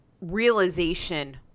realization